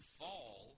fall –